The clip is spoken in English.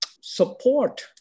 support